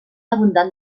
abundant